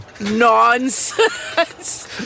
Nonsense